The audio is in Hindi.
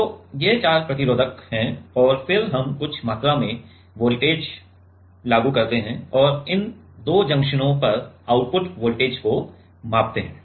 तो ये चार प्रतिरोधक हैं और फिर हम कुछ मात्रा में वोल्टेज लागू करते हैं और इन दो जंक्शनों पर आउटपुट वोल्टेज को मापते हैं